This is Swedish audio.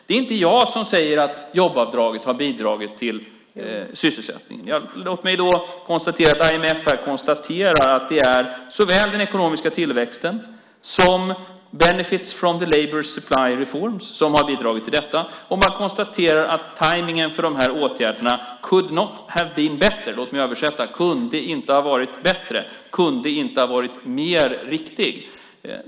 Det är inte jag som säger att jobbavdraget bidragit till sysselsättningen. Låt mig nämna att IMF konstaterar att det är såväl den ekonomiska tillväxten som benefits from the labour supplier reforms som bidragit till detta. De konstaterar vidare att tajmningen för dessa åtgärder could not have been better ; låt mig översätta: kunde inte ha varit bättre, kunde inte ha varit mer riktig.